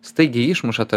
staigiai išmuša tą